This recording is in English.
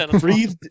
Breathe